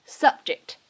subject